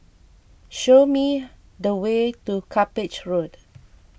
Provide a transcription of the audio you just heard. show me the way to Cuppage Road